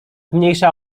mniejsza